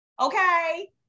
Okay